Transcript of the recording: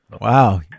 Wow